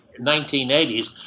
1980s